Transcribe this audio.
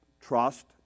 Trust